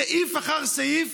סעיף אחר סעיף,